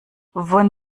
von